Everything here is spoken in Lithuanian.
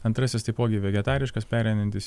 antrasis taipogi vegetariškas pereinantis